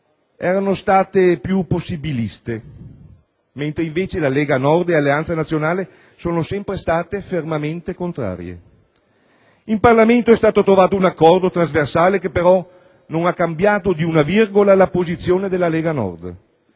erano state più possibiliste, mentre la Lega Nord e Alleanza Nazionale sono sempre state fermamente contrarie. In Parlamento è stato trovato un accordo trasversale che, però, non ha cambiato di una virgola la posizione della Lega Nord.